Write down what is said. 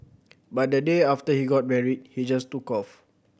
but the day after he got married he just took off